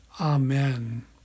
Amen